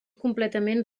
completament